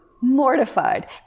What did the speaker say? mortified